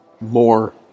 more